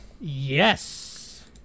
Yes